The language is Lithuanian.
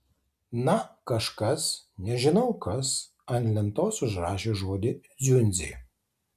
na kažkas nežinau kas ant lentos užrašė žodį dziundzė